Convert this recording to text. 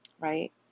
Right